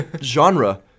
genre